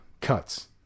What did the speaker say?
cuts